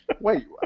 Wait